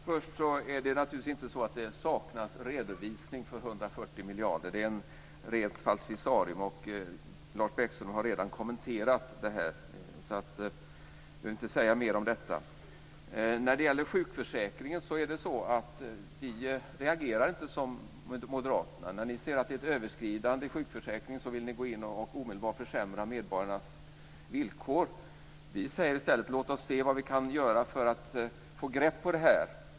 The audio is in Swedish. Herr talman! Det saknas naturligtvis inte redovisning för 140 miljarder. Det är ett rent falsarium. Lars Bäckström har redan kommenterat detta, så jag behöver inte säga mer. När det gäller sjukförsäkringen reagerar vi inte som moderaterna. När ni ser att det är ett överskridande i sjukförsäkringen vill ni gå in och omedelbart försämra medborgarnas villkor. Vi säger i stället: Låt oss se vad vi kan göra för att få grepp om detta.